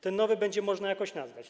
Ten nowy będzie można jakoś nazwać.